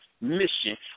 mission